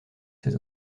ses